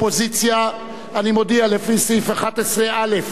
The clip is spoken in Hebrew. אני מודיע לפי סעיף 11(א) לחוק הכנסת,